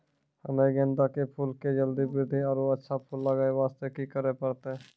हम्मे गेंदा के फूल के जल्दी बृद्धि आरु अच्छा फूल लगय वास्ते की करे परतै?